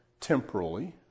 temporally